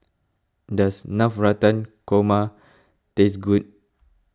does Navratan Korma taste good